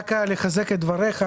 רק לחזק את דבריך,